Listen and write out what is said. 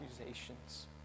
accusations